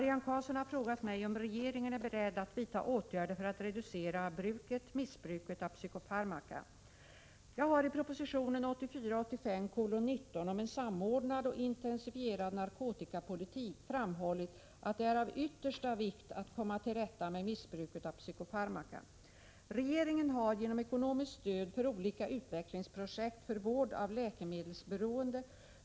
Jag har i proposition 1984/85:19 om en samordnad och intensifierad narkotikapolitik framhållit att det är av yttersta vikt att komma till rätta med missbruket av psykofarmaka. Regeringen har gett ekonomiskt stöd för olika utvecklingsprojekt för vård av läkemedelsberoende.